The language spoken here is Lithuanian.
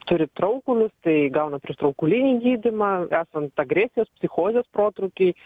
turi traukulius tai gauna prieštraukulinį gydymą esant agresijos psichozės protrūkį